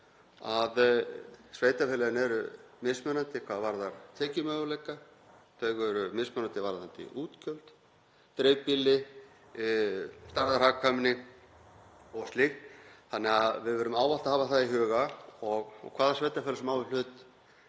Sveitarfélögin eru mismunandi hvað varðar tekjumöguleika. Þau eru mismunandi varðandi útgjöld, dreifbýli, stærðarhagkvæmni og slíkt, og við verðum ávallt að hafa það í huga. Hvaða sveitarfélagi sem á í hlut